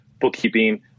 bookkeeping